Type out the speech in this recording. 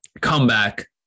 comeback